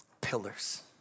pillars